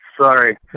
sorry